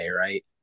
right